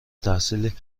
تحصیل